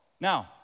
Now